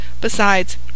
Besides